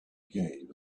gave